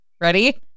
Ready